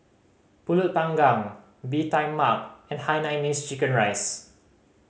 Pulut Panggang Bee Tai Mak and hainanese chicken rice